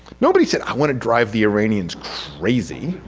nobody said i want to drive the iranian crazy.